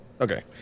Okay